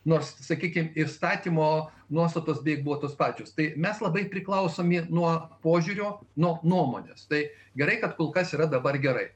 nors sakykim įstatymo nuostatos beveik buvo tos pačios tai mes labai priklausomi nuo požiūrio nuo nuomonės tai gerai kad kol kas yra dabar gerai